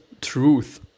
truth